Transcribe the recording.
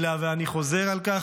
ואני חוזר על כך,